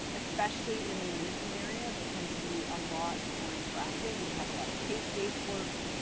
especially in the management area, they tend to be a lot more interactive. we have a lot of case based work,